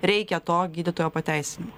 reikia to gydytojo pateisinimo